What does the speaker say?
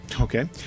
Okay